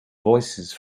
voices